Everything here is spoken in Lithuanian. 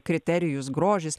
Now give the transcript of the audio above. kriterijus grožis